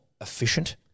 efficient